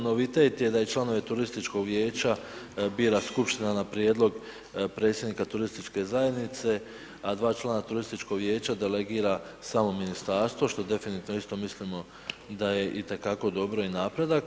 Novitet je da članove turističkog vijeća bira skupština na prijedlog predsjednika turističke zajednice a dva člana turističkog vijeća delegira samo ministarstvo što definitivno isto mislimo da je itekako dobro i napredak.